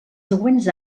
següents